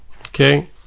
okay